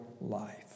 life